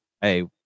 Hey